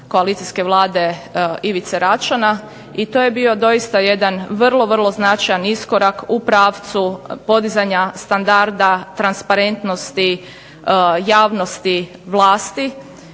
koalicijske vlade Ivice Račana i to je bio dosita jedan vrlo, vrlo značajan iskorak u pravcu podizanja standarda transparentnosti, javnosti vlasti